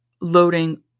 loading